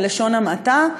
בלשון המעטה,